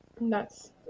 That's-